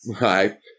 right